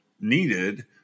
needed